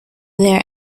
their